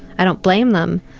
i don't blame them,